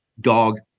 dog